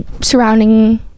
surrounding